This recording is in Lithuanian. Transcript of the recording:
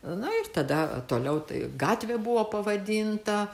na ir tada toliau tai gatvė buvo pavadinta